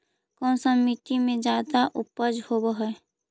कोन सा मिट्टी मे ज्यादा उपज होबहय?